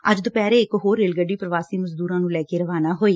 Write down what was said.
ਅੱਜ ਦੁਪਹਿਰੇ ਇਕ ਹੋਰ ਰੇਲ ਗੱਡੀ ਪ੍ਵਾਸੀ ਮਜ਼ਦੂਰਾਂ ਨੂੰ ਲੈ ਕੇ ਰਵਾਨਾ ਹੋਈ